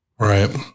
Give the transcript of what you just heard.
Right